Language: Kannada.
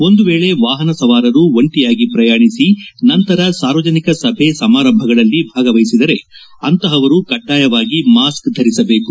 ಒಂದು ವೇಳೆ ವಾಹನ ಸವಾರರು ಒಂಟೆಯಾಗಿ ಪ್ರಯಾಣಿಸಿ ನಂತರ ಸಾರ್ವಜನಿಕ ಸಭೆ ಸಮಾರಂಭಗಳಲ್ಲಿ ಭಾಗವಹಿಸಿದರೆ ಅಂತಹವರು ಕಡ್ಡಾಯವಾಗಿ ಮಾಸ್ಕ್ ಧರಿಸಬೇಕು